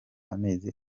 amezi